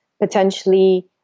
potentially